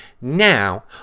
Now